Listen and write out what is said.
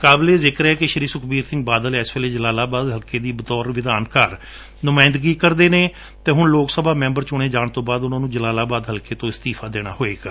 ਕਾਬਲੇ ਜਿਕਰ ਹੈ ਕਿ ਸ਼੍ਰੀ ਸੁਖਬੀਰ ਸਿੰਘ ਬਾਦਲ ਇਸ ਵੇਲੇ ਜਲਾਲਾਬਾਦ ਹਲਕੇ ਦੀ ਬਤੌਰ ਵਿਧਾਨਕਾਰ ਨੁਮਾਇੰਦਗੀ ਕਰਦੇ ਨੇ ਅਤੇ ਹੁਣ ਲੋਕਸਭਾ ਮੈਂਬਰ ਚੁਣੇ ਜਾਣ ਤੇ ਉਨ੍ਹਾਂ ਨੁੰ ਜਲਾਲਾਬਾਦ ਹਲਕੇ ਤੋਂ ਅਸਤੀਫਾ ਦੇਣਾ ਪਵੇਗਾ